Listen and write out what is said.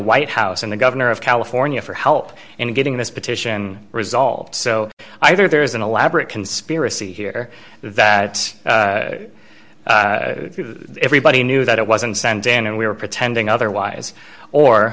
white house and the governor of california for help in getting this petition result so either there is an elaborate conspiracy here that everybody knew that it wasn't sent in and we were pretending otherwise or